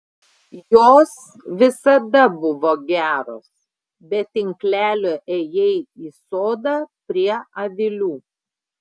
jos visada buvo geros be tinklelio ėjai į sodą prie avilių